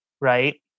right